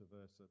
versa